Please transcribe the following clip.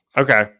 Okay